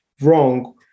wrong